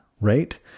right